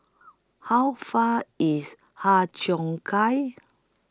How Far IS Har Cheong Gai